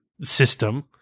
system